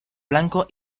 blanco